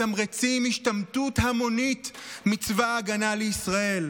אתם מתמרצים השתמטות המונית מצבא ההגנה לישראל?